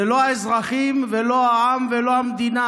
זה לא האזרחים, לא העם ולא המדינה,